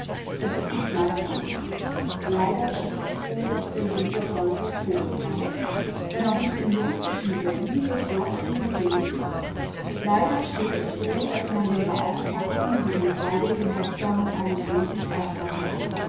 es ist nicht meines amtes leider steht es so daß der jude heute vogelfrei ist wenn auch nicht im juristischen sinn so doch im gefühl des volkes leider steht es so daß man den beauftragten wie den freiwilligen hetzern einen grund nicht absprechen kann